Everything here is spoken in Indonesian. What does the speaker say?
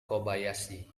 kobayashi